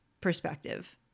perspective